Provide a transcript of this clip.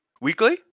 weekly